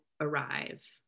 arrive